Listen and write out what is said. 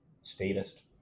statist